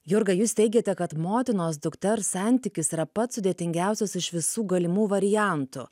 jurga jūs teigiate kad motinos dukters santykis yra pats sudėtingiausias iš visų galimų variantų